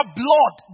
blood